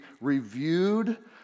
reviewed